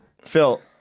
Phil